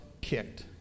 kicked